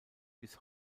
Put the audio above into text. bis